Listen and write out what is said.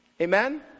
Amen